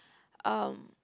um